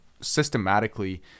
systematically